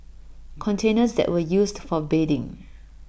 containers that were used for bathing